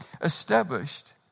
established